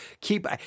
keep –